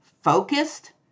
focused